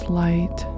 light